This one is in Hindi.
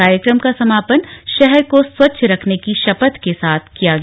कार्यक्रम का समापन शहर को स्वच्छ रखने की शपथ के साथ किया गया